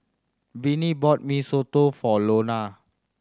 Vinnie bought Mee Soto for Lona